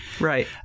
Right